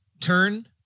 turn